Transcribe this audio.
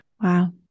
Wow